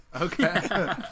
okay